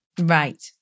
Right